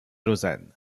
lausanne